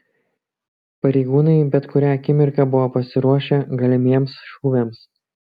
pareigūnai bet kurią akimirką buvo pasiruošę galimiems šūviams